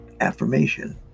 affirmation